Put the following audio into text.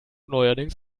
neuerdings